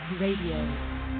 Radio